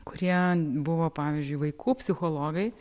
kurie buvo pavyzdžiui vaikų psichologai